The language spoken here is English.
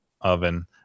oven